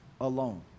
alone